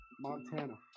Montana